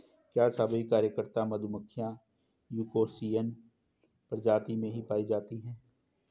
क्या सभी कार्यकर्ता मधुमक्खियां यूकोसियल प्रजाति में ही पाई जाती हैं?